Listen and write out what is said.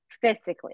physically